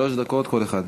שלוש דקות כל אחד.